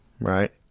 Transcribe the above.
Right